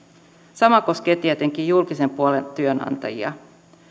sama koskee tietenkin julkisen puolen työnantajia